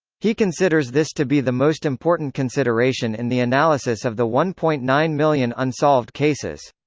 he considers this to be the most important consideration in the analysis of the one point nine million unsolved cases.